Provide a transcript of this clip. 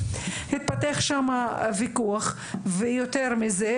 התפתח שם ויכוח ויותר מזה,